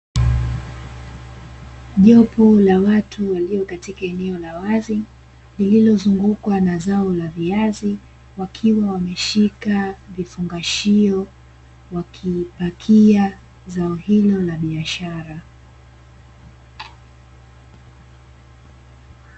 Jopo la watu walio katika eneo la wazi lililozungukwa na zao la viazi, wakiwa wameshika vifungashio, wakipakia zao hilo la biashara.